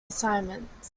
assignments